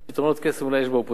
פתרונות קסם אולי יש באופוזיציה,